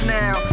now